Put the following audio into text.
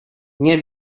nie